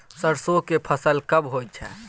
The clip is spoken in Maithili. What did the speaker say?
सरसो के फसल कब होय छै?